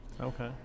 Okay